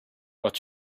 what